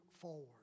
forward